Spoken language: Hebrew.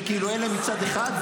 שכאילו אלה מצד אחד,